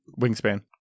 Wingspan